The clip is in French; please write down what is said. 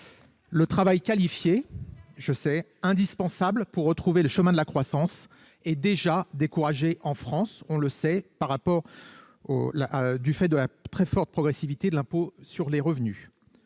Le travail qualifié, indispensable pour retrouver le chemin de la croissance, est déjà découragé en France du fait de la très forte progressivité de l'impôt sur le revenu.